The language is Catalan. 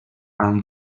amb